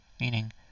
meaning